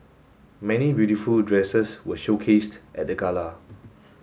many beautiful dresses were showcased at the gala